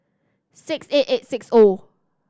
six eight eight six O